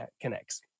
connects